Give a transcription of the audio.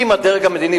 אם הדרג המדיני,